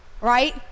right